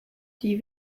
die